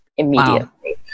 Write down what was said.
immediately